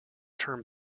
term